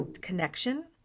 connection